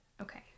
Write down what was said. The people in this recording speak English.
Okay